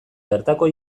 bertako